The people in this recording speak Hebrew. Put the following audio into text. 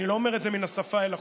אני לא אומר את זה מן השפה ולחוץ,